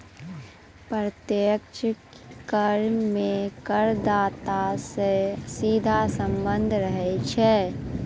प्रत्यक्ष कर मे करदाता सं सीधा सम्बन्ध रहै छै